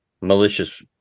malicious